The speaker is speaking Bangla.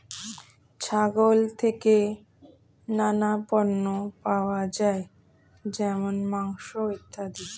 ছাগল থেকে নানা পণ্য পাওয়া যায় যেমন মাংস, ইত্যাদি